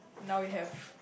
now you have